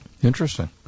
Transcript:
Interesting